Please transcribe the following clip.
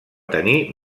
tenir